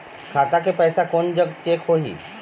खाता के पैसा कोन जग चेक होही?